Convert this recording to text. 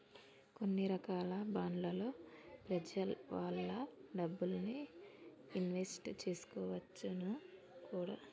కొన్ని రకాల బాండ్లలో ప్రెజలు వాళ్ళ డబ్బుల్ని ఇన్వెస్ట్ చేసుకోవచ్చును కూడా